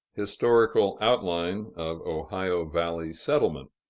historical outline of ohio valley settlement.